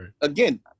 again